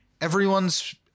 Everyone's